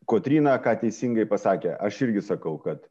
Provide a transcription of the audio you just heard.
kotryna ką teisingai pasakė aš irgi sakau kad